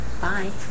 Bye